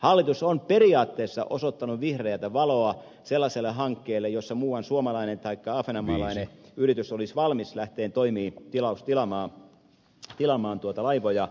hallitus on periaatteessa osoittanut vihreätä valoa sellaiselle hankkeelle jossa muuan suomalainen taikka ahvenanmaalainen yritys olisi valmis lähtemään toimiin tilaamaan laivoja